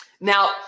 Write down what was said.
Now